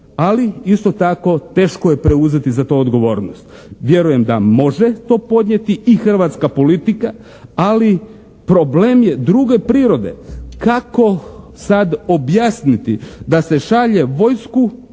ali isto tako teško je preuzeti za to odgovornost. Vjerujem da može to podnijeti i hrvatska politika, ali problem je druge prirode, kako sada objasniti da se šalje vojsku